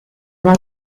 una